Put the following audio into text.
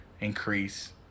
increase